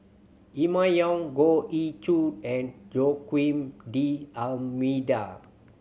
Emma Yong Goh Ee Choo and Joaquim D'Almeida